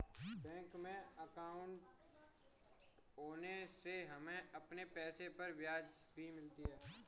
bank में अंकाउट होने से हमें अपने पैसे पर ब्याज भी मिलता है